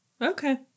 Okay